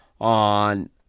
on